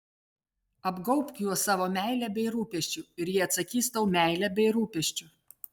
apgaubk juos savo meile bei rūpesčiu ir jie atsakys tau meile bei rūpesčiu